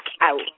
out